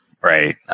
right